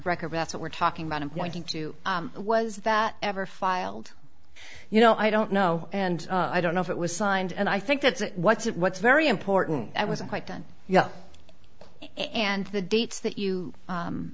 record that's what we're talking about and pointing to was that ever filed you know i don't know and i don't know if it was signed and i think that's what's it what's very important i wasn't quite done yet and the dates that you